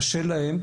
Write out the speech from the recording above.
קשה להם,